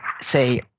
say